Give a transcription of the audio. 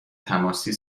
تماسی